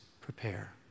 prepare